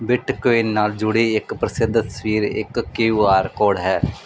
Bitcoin ਨਾਲ ਜੁੜੀ ਇੱਕ ਪ੍ਰਸਿੱਧ ਤਸਵੀਰ ਇੱਕ ਕਿਯੂ ਆਰ ਕੋਡ ਹੈ